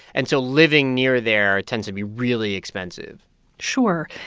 and so living near there tends to be really expensive sure.